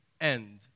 end